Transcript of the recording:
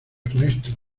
ernesto